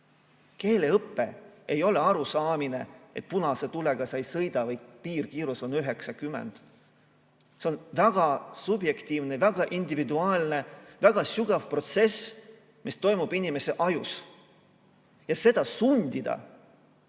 Keeleõpe ei ole arusaamine, et punase tulega sa ei sõida või et piirkiirus on 90. See on väga subjektiivne, väga individuaalne, väga sügav protsess, mis toimub inimese ajus, ja seda sundida,